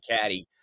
caddy